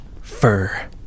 fur